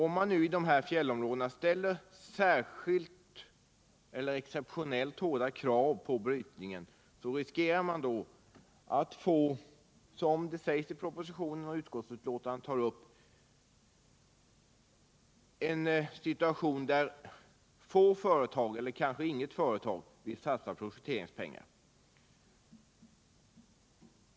Om man i de här fjällområdena ställer exceptionellt hårda krav på brytningen riskerar man, som det sägs i propositionen och utskottsbetänkandet, en situation där få eller kanske inget företag vill satsa prospekteringspengar.